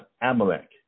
Amalek